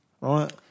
right